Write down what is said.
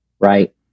right